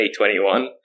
2021